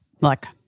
Look